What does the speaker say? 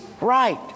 right